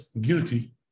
guilty